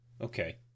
Okay